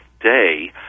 day